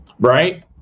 right